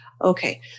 Okay